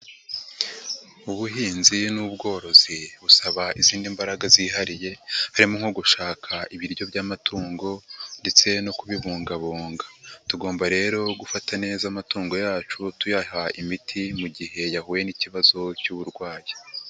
Ubuhinzi n'ubworozi, busaba izindi mbaraga zihariye, harimo nko gushaka ibiryo by'amatungo, ndetse no kubibungabunga. Tugomba rero gufata neza amatungo yacu, tuyaha imiti mu gihe yahuye n'ikibazo cy'uburwayi.